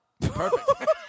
Perfect